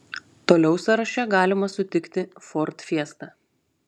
toliau sąraše galima sutikti ford fiesta